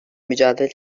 mücadele